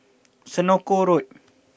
Senoko Road